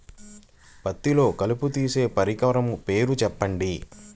పత్తిలో కలుపు తీసే పరికరము పేరు చెప్పండి